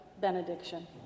benediction